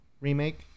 remake